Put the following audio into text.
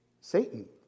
Satan